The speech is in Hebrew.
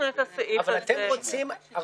בשנת 2014, השתתפו בתוכניות להב"ה